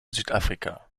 südafrika